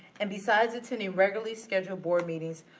and besides attending regularly scheduled board meetings,